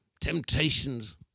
temptations